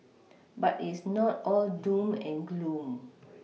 but it's not all doom and gloom